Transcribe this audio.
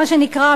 מה שנקרא,